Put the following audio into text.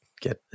get